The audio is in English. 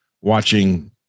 watching